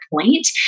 point